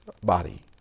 body